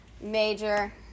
Major